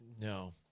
no